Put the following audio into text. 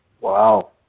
Wow